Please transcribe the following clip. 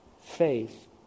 Faith